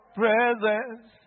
presence